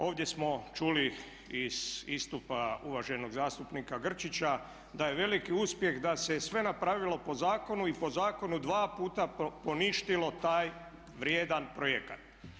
Ovdje smo čuli iz istupa uvaženog zastupnika Grčića da je veliki uspjeh da se sve napravilo po zakonu i po zakonu dva puta poništilo taj vrijedan projekat.